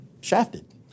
shafted